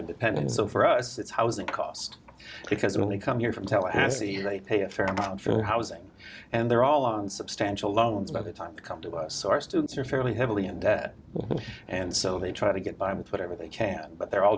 independent so for us it's housing cost because it only come here from tel se they pay a fair amount for housing and they're all on substantial loans by the time come to us our students are fairly heavily in debt and so they try to get by with whatever they can but they're all